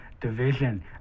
division